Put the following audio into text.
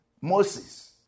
Moses